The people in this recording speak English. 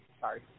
Sorry